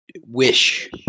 wish